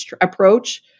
approach